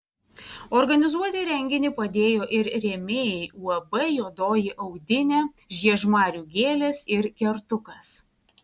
organizuoti renginį padėjo ir rėmėjai uab juodoji audinė žiežmarių gėlės ir kertukas